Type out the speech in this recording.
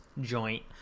joint